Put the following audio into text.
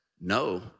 no